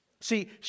See